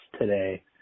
today